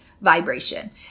vibration